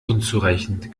unzureichend